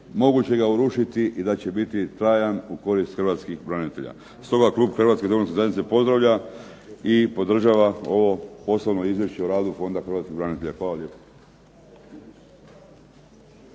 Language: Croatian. moguće ga urušiti i da će biti trajan u korist hrvatskih branitelja. Stoga klub Hrvatske demokratske zajednice pozdravlja i podržava ovo Poslovno izvješće o radu Fonda hrvatskih branitelja. Hvala lijepa.